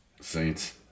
Saints